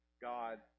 God